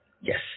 Yes